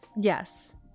Yes